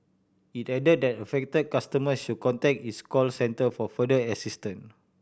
it added that affect customers should contact its call centre for further assistance